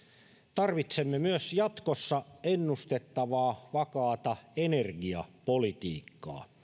tarvitsemme myös jatkossa ennustettavaa vakaata energiapolitiikkaa